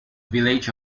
village